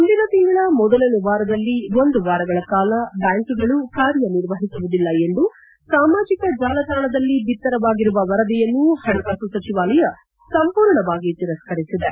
ಮುಂದಿನ ತಿಂಗಳ ಮೊದಲನೇ ವಾರದಲ್ಲಿ ಒಂದು ವಾರಗಳ ಕಾಲ ಬ್ಲಾಂಕ್ಗಳು ಕಾರ್ಯ ನಿರ್ವಹಿಸುವುದಿಲ್ಲ ಎಂದು ಸಾಮಾಜಕ ಜಾಲತಾಣದಲ್ಲಿ ಬಿತ್ತರವಾಗಿರುವ ವರದಿಯನ್ನು ಪಣಕಾಸು ಸಚಿವಾಲಯ ಸಂಪೂರ್ಣವಾಗಿ ತಿರಸ್ಗರಿಸಿದೆ